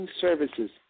services